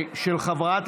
של חברת